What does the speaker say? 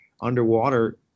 underwater